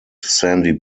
sandy